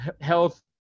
health